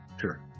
Sure